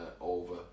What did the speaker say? over